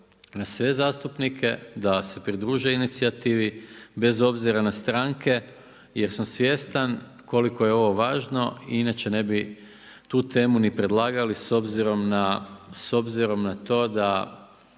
na sve zastupnike da se pridruže inicijativi, bez obzira na stranke jer sam svjestan koliko je ovo važno inače ne bi tu temu ni predlagali s obzirom na to da